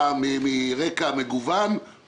הם אחראים על ייצוג הולם של